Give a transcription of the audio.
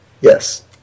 Yes